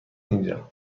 اینجا